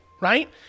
right